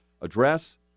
address